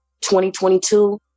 2022